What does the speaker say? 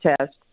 test